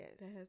yes